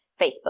Facebook